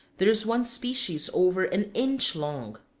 there is one species over an inch long.